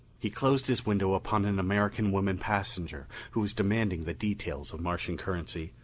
he closed his window upon an american woman passenger who was demanding the details of martian currency,